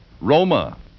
Roma